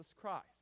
Christ